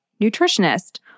nutritionist